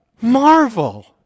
marvel